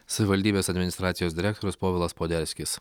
savivaldybės administracijos direktorius povilas poderskis